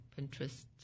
Pinterest